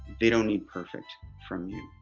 they don't need perfect from you.